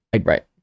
right